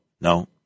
No